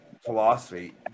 philosophy